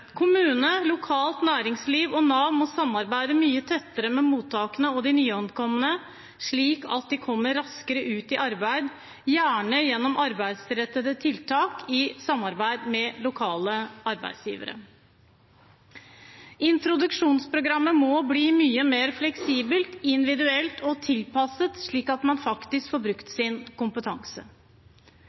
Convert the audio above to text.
Kommune, lokalt næringsliv og Nav må samarbeide mye tettere med mottakene og de nyankomne, slik at de kommer raskere ut i arbeid, gjerne gjennom arbeidsrettede tiltak i samarbeid med lokale arbeidsgivere. Introduksjonsprogrammet må bli mye mer fleksibelt, individuelt og tilpasset, slik at man faktisk får brukt sin kompetanse.